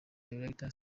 director